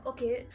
Okay